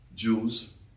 Jews